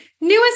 newest